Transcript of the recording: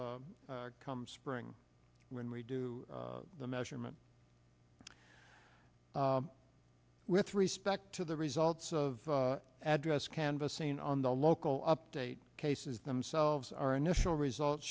come spring when we do the measurement with respect to the results of address canvassing on the local update cases themselves our initial results